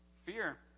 fear